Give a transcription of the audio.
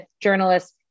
journalists